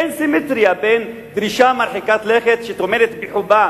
אין סימטריה בין דרישה מרחיקה לכת שטומנת בחובה